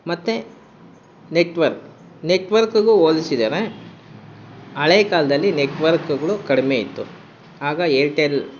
ಮತ್ತು ನೆಟ್ವರ್ಕ್ ನೆಟ್ವರ್ಕಿಗೂ ಹೋಲಿಸಿದರೆ ಹಳೆ ಕಾಲದಲ್ಲಿ ನೆಟ್ವರ್ಕಗಳು ಕಡಿಮೆ ಇತ್ತು ಆಗ ಏರ್ಟೆಲ್